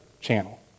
channel